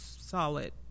solid